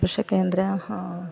പക്ഷെ കേന്ദ്ര